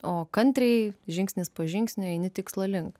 o kantriai žingsnis po žingsnio eini tikslo link